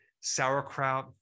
Sauerkraut